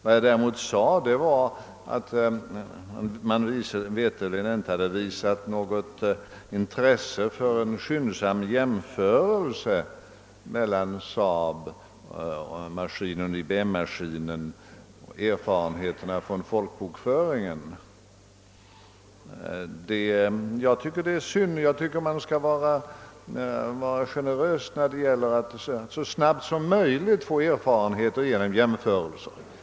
Vad jag däremot sade var att man veterligen inte hade visat något intresse för en skyndsam jämförelse mellan SAAB-maskinen och IBM maskinen på grundval av erfarenheterna från folkbokföringen. Jag tycker det är synd och menar att man skall vara angelägen om att så snabbt som möjligt skaffa erfarenheter genom jämförelser.